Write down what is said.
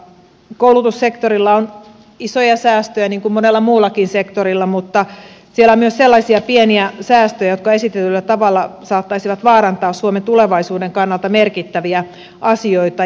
koulutussektorilla on isoja säästöjä niin kun monella muullakin sektorilla mutta siellä on myös sellaisia pieniä säästöjä jotka esitetyllä tavalla saattaisivat vaarantaa suomen tulevaisuuden kannalta merkittäviä asioita